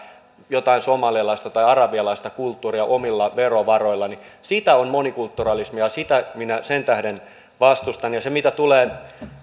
jotain somalialaista tai arabialaista kulttuuria omilla verovaroillani sitä on monikulturalismi ja sitä minä sen tähden vastustan ja